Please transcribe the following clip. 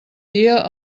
dia